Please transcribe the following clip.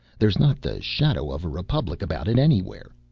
there's not the shadow of a republic about it anywhere.